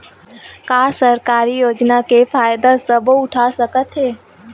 का सरकारी योजना के फ़ायदा सबो उठा सकथे?